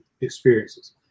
experiences